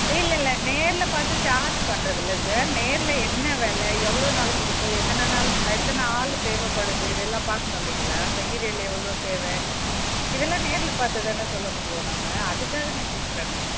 இல்லல்ல நேரில் பார்த்து சார்ஜ் பண்ணுறதில்ல சார் நேரில் என்ன வேலை எவ்வளோ நாள் பிடிக்கும் எத்தனை நாள் எத்தனை ஆள் தேவைப்படுது இதெல்லாம் பார்க்குணும் இல்லிங்களா மெட்டீரியல் எவ்வளோ தேவை இதெல்லாம் நேரில் பார்த்து தானே சொல்ல முடியும் நாம அதற்காக நான் கேட்கறேன் நான்